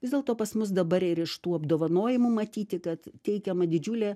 vis dėlto pas mus dabar ir iš tų apdovanojimų matyti kad teikiama didžiulė